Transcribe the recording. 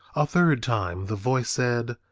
a third time the voice said,